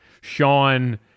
Sean